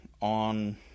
on